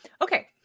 okay